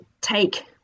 take